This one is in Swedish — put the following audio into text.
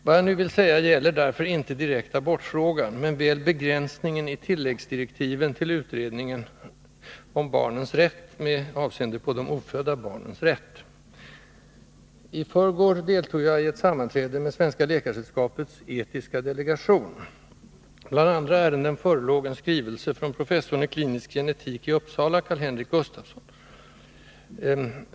Vad jag nu vill säga gäller därför inte direkt abortfrågan, men väl begränsningen i tilläggsdirektiven till utredningen om barnens rätt, med avseende på de ofödda barnens rätt. I förrgår deltog jag i ett sammanträde med Svenska läkaresällskapets etiska delegation. Bland andra ärenden förelåg en skrivelse från professorn i klinisk genetik i Uppsala, Karl-Henrik Gustavson.